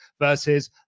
versus